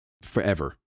forever